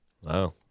Wow